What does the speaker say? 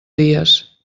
dies